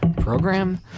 program